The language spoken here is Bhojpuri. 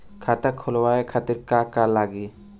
खाता खोलवाए खातिर का का लागी?